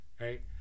Right